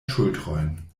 ŝultrojn